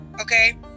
Okay